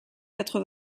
quatre